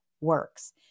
works